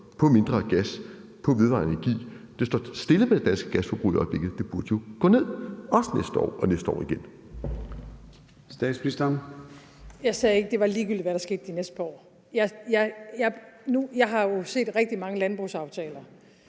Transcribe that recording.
mindre gas, mere vedvarende energi. Det står stille med det danske gasforbrug i øjeblikket, men det burde jo gå ned også næste år og næste år igen.